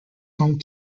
home